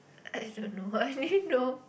I don't know I only know